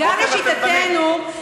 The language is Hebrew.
גם לשיטתנו,